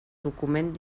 document